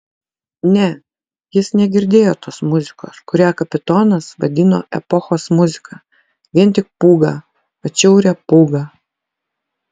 ne jis negirdėjo tos muzikos kurią kapitonas vadino epochos muzika vien tik pūgą atšiaurią pūgą